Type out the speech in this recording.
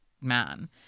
man